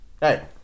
Hey